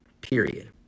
period